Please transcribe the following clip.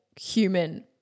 human